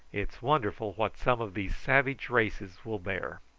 it's wonderful what some of these savage races will bear.